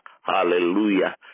Hallelujah